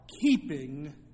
keeping